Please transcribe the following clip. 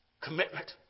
Commitment